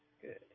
Good